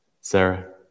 Sarah